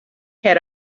had